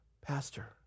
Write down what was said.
Pastor